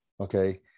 Okay